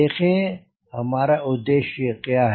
देखें हमारा उद्देश्य क्या है